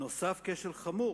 נוסף כשל חמור,